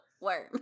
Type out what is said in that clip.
Worm